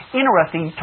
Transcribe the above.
interesting